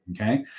Okay